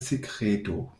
sekreto